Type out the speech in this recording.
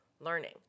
learning